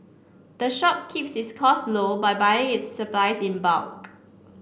the shop keeps its costs low by buying its supplies in bulk